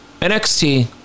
NXT